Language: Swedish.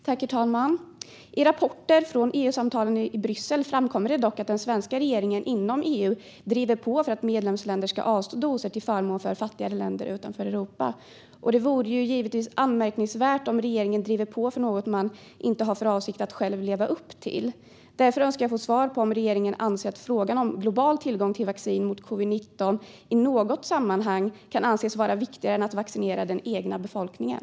Herr talman! I rapporter från EU-samtalen i Bryssel framkommer det dock att den svenska regeringen driver på inom EU för att medlemsländer ska avstå doser till förmån för fattigare länder utanför Europa. Det vore givetvis anmärkningsvärt om regeringen driver på för något man inte har för avsikt att själv leva upp till, och därför önskar jag få svar på om regeringen anser att frågan om global tillgång till vaccin mot covid-19 i något sammanhang kan anses vara viktigare än att vaccinera den egna befolkningen.